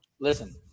Listen